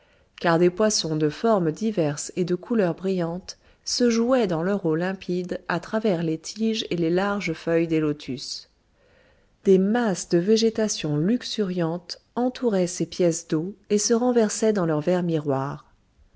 car des poissons de formes diverses et de couleurs brillantes se jouaient dans leur eau limpide à travers les tiges et les larges feuilles de lotus des masses de végétation luxuriante entouraient ces pièces d'eau et se renversaient dans leur vert miroir